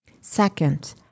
Second